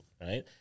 right